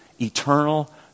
eternal